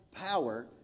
power